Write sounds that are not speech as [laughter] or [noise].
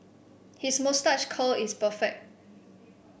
his moustache curl is perfect [noise]